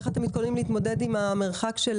איך אתם מתכוננים להתמודד עם המרחק של